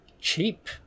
cheap